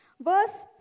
Verse